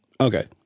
Okay